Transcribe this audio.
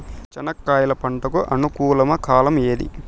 చెనక్కాయలు పంట కు అనుకూలమా కాలం ఏది?